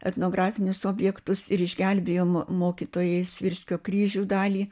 etnografinius objektus ir išgelbėjo mo mokytojai svirskio kryžių dalį